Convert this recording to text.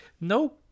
no